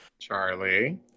Charlie